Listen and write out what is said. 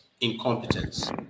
incompetence